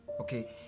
okay